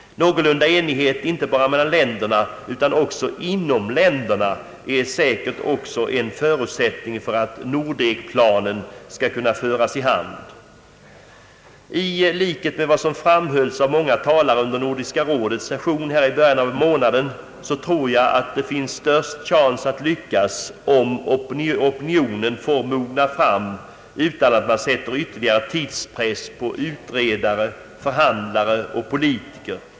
Någorlunda enighet inte bara mellan länderna utan också inom länderna är säkert också en förutsättning för att Nordekplanen skall kunna föras i hamn. I likhet med vad som framhölls av många talare under Nordiska rådets session här i början av månaden tror jag att det finns störst chans att lyckas, om opinionen får mogna fram utan att man sätter ytterligare tidspress på utredare, förhandlare och politiker.